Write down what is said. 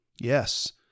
Yes